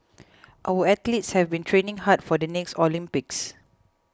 our athletes have been training hard for the next Olympics